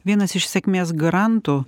vienas iš sėkmės garantų